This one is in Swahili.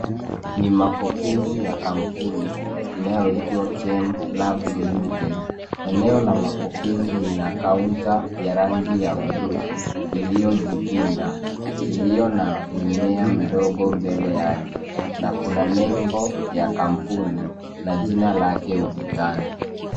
Ni mapokezi ya kampuni inayoitwa CHEM-LABS LIMITED .Eneo la mapokezi lina kaunta ya rangi ya bluu iliyojipinda, iliyo na mmea mdogo mbele yake. Na kuna nebo ya kampuni na jina lake ukutani.